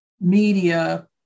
media